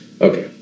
Okay